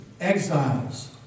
exiles